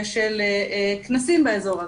ושל כנסים באזור הזה,